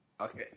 Okay